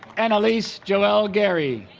annalise joelle gary